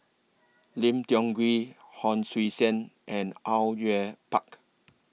Lim Tiong Ghee Hon Sui Sen and Au Yue Pak